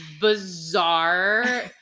bizarre